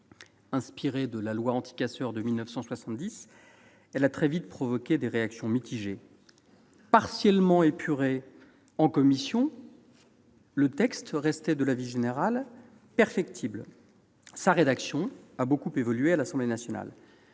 Inspiré de la loi anti-casseurs de 1970, ce texte a très vite provoqué des réactions mitigées. Partiellement épurée en commission, sa rédaction restait, de l'avis général, perfectible. Elle a beaucoup évolué à l'Assemblée nationale.